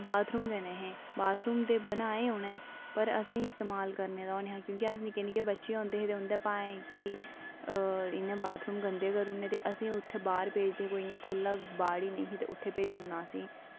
'उत्थें बाथरूम गै निं हे बाथरूम ते बनाए उ'नें पर अस इस्तेमाल निं हे करदे की कि अस निक्के बच्चे होंदे हे ते उं'दे भाएं कि इ'नें बाथरूम गंदे करी ओड़ने ते बाहर खु'ल्ले बाड़ी उत्थें भेजी ओड़ना असेंगी